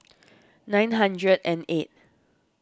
nine hundred and eight